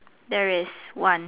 there is one